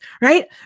right